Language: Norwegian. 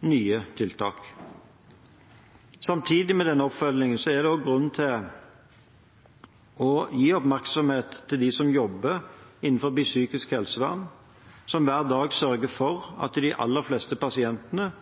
nye tiltak. Samtidig med denne oppfølgingen er det også grunn til å gi oppmerksomhet til dem som jobber innen psykisk helsevern, og som hver dag sørger for at de aller fleste pasientene